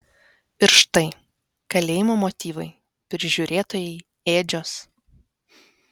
ir štai kalėjimo motyvai prižiūrėtojai ėdžios